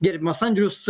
gerbiamas andrius